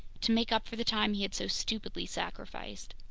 to make up for the time he had so stupidly sacrificed.